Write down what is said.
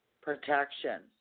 protection